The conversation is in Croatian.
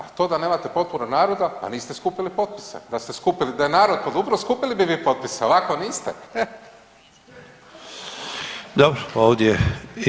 A to da nemate potporu naroda, pa niste skupili potpise, da ste skupili, da je narod podupro skupili bi vi potpise, ovako niste e.